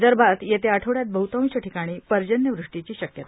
विदर्भात येत्या आठवड्यात बहृतांश ठिकाणी पर्जन्यवृष्टीची शक्यता